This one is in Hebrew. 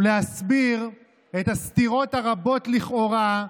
ולהסביר את הסתירות הרבות, לכאורה,